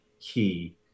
key